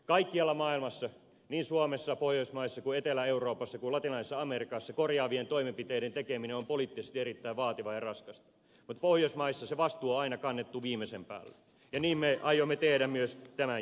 kaikkialla maailmassa niin suomessa pohjoismaissa etelä euroopassa kuin latinalaisessa amerikassa korjaavien toimenpiteiden tekeminen on poliittisesti erittäin vaativaa ja raskasta mutta pohjoismaissa se vastuu on aina kannettu viimeisen päälle ja niin me aiomme tehdä myös tämän jälkeen